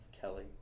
kelly